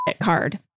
card